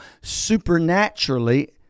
supernaturally